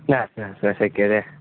न न शक्यते